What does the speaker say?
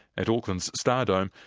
at auckland's stardome,